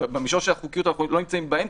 במישור של החוקיות אנחנו לא נמצאים באמצע,